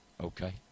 Okay